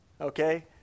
okay